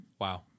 Wow